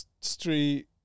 street